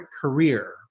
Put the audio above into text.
career